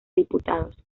diputados